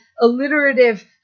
alliterative